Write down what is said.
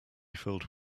filled